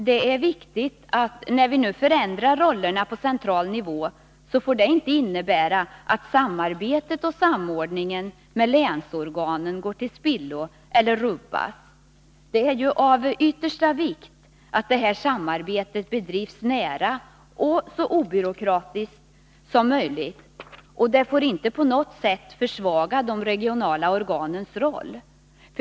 Det är viktigt att den förändring av rollerna på central nivå som nu görs inte får innebära att samarbetet och samordningen med länsorganen går till spillo eller rubbas. Det är av yttersta vikt att det här samarbetet bedrivs nära och så obyråkratiskt som möjligt, och det får inte på något sätt försvaga de regionala organens roll.